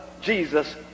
Jesus